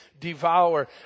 devour